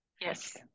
Yes